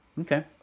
Okay